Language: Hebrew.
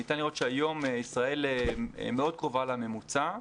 ניתן לראות שהיום ישראל מאוד קרובה לממוצע,